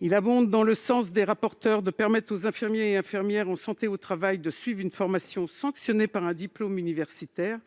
Il va dans le sens des rapporteurs- permettre aux infirmiers et infirmières de santé au travail de suivre une formation sanctionnée par un diplôme universitaire.